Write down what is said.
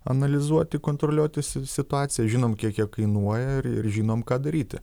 analizuoti kontroliuoti si situaciją žinom kiek jie kainuoja ir žinom ką daryti